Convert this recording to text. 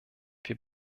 wir